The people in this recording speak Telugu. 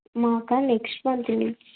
మాకా నెక్స్ట్ మంత్ అండి